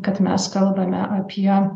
kad mes kalbame apie